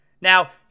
Now